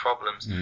Problems